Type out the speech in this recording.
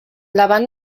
davant